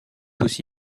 aussi